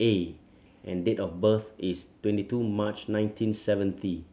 A and date of birth is twenty two March nineteen seventy